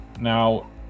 Now